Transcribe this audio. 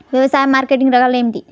వ్యవసాయ మార్కెటింగ్ రకాలు ఏమిటి?